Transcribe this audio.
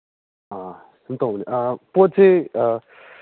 ꯑꯥ ꯁꯨꯝ ꯇꯧꯕꯅꯦ ꯄꯣꯠꯁꯦ